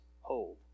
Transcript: hold